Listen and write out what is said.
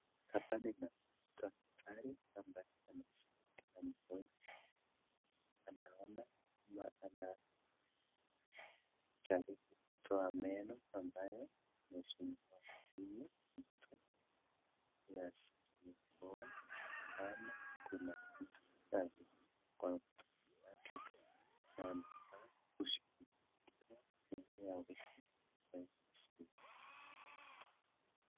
Hapa ninaona daktari ambaye anasaidia mgonjwa anaona ama anajaribu kutoa meno ambayo imesumbua huyu mtu ili asikie poa ama kuna kitu kwa mdomo yake na anafaa kushukulikia ili aweze akae vizuri.